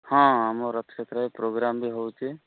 ହଁ ଆମ ରଥଯାତ୍ରାରେ ପ୍ରୋଗ୍ରାମ୍ ବି ହେଉଛି